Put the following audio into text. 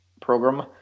program